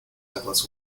douglas